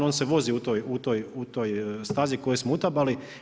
On se vozi u toj stazi koju smo utabali.